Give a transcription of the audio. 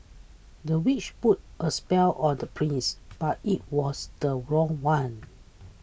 the witch put a spell on the prince but it was the wrong one